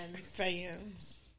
fans